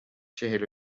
چهل